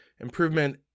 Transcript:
improvement